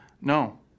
No